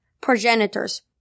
progenitors